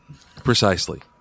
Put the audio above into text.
Precisely